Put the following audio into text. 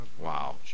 Wow